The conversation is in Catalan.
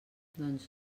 doncs